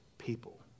people